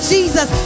Jesus